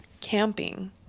camping